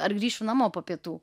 ar grįšiu namo po pietų